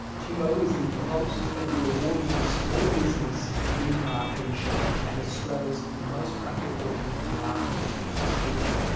timbo is the host of the award-winning small business, big marketing' show and australia's most practical marketing keynote speaker.